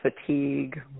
fatigue